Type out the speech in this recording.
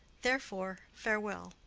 therefore farewell.